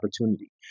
opportunity